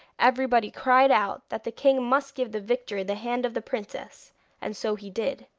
everybody cried out that the king must give the victor the hand of the princess and so he did,